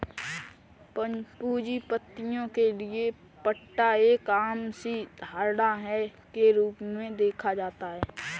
पूंजीपतियों के लिये पट्टा एक आम सी धारणा के रूप में देखा जाता है